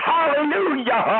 Hallelujah